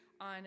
on